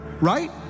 Right